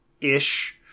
ish